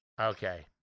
Okay